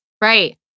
Right